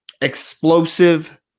explosive